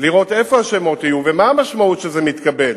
לראות איפה השמות יהיו ומה המשמעות שזה יקבל.